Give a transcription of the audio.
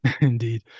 Indeed